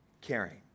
caring